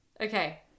Okay